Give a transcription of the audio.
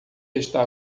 está